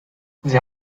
sie